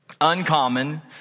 Uncommon